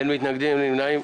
אין מתנגדים ואין נמנעים.